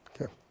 Okay